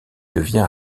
devient